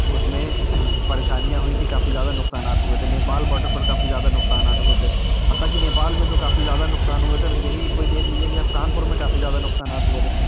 اس میں پریشانیاں ہوئی تھیں کافی زیادہ نقصانات ہوئے تھے نیپال باڈر پر کافی زیادہ نقصانات ہوئے تھے حتٰی کہ نیپال میں تو کافی زیادہ نقصان ہوئے تھے اور یہی کوئی دیکھ لیجیے کہ آپ کانپور میں کافی زیادہ نقصانات ہوئے تھے